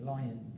Lion